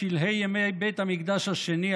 בשלהי ימי בית המקדש השני,